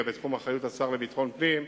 אלא בתחום השר לביטחון הפנים,